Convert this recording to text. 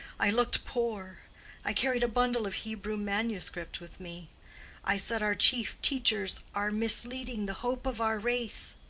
i looked poor i carried a bundle of hebrew manuscript with me i said, our chief teachers are misleading the hope of our race.